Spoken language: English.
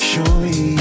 Surely